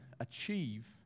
achieve